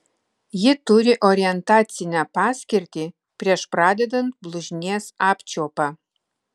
ji turi orientacinę paskirtį prieš pradedant blužnies apčiuopą